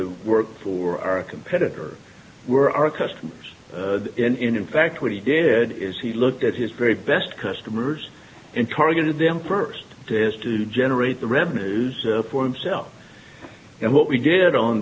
to work for a competitor were our customers and in fact what he did is he looked at his very best customers and targeted them first as to generate the revenues for himself and what we did on